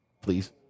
please